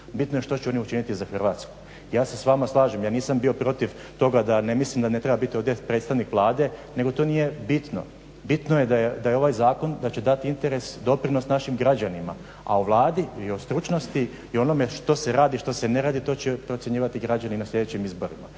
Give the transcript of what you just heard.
bitno je što će oni učiniti za Hrvatsku. Ja se s vama slažem, ja nisam bio protiv toga da ne mislim da ne treba bit ovdje predstavnik Vlade nego to nije bitno, bitno je da je ovaj zakon da će dati interes, doprinos našim građanima. A o Vladi i o stručnosti i onome što se radi, što se ne radi to će procjenjivati građani na sljedećim izborima.